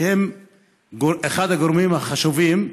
שהוא אחד הגורמים החשובים,